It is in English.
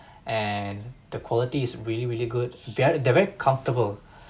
and the quality is really really good via direct comfortable